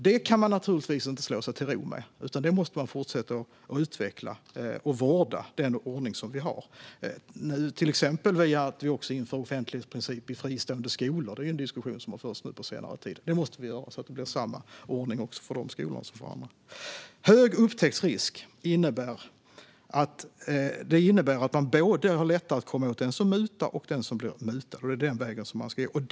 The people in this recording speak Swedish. Detta kan vi naturligtvis inte slå oss till ro med, utan vi måste fortsätta att utveckla och vårda den ordning vi har. Till exempel har en diskussion förts på senare tid om att införa offentlighetsprincip i fristående skolor, och det måste vi göra för att det ska bli samma ordning för de skolorna som för andra. Hög upptäcktsrisk innebär att man både har lättare att komma åt den som mutar och den som blir mutad, och det är den vägen man ska göra det.